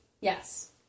Yes